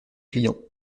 client